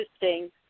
interesting